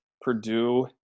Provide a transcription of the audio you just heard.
Purdue